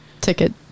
ticket